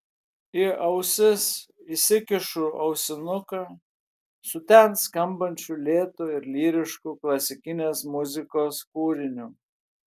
į ausis įsikišu ausinuką su ten skambančių lėtu ir lyrišku klasikinės muzikos kūriniu